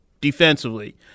defensively